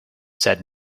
said